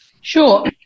Sure